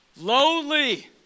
lonely